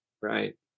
Right